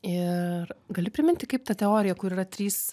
ir gali priminti kaip ta teorija kur yra trys